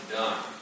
done